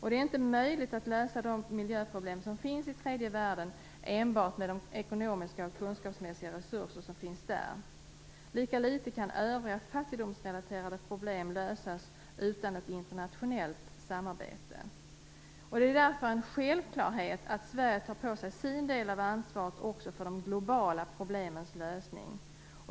Det är inte möjligt att lösa de miljöproblem som finns i tredje världen enbart med de ekonomiska och kunskapsmässiga resurser som finns där. Lika litet kan övriga fattigdomsrelaterade problem lösas utan ett internationellt samarbete. Det är därför en självklarhet att Sverige tar på sig sin del av ansvaret också för de globala problemens lösning.